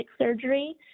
surgery